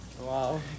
Wow